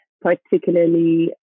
particularly